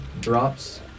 drops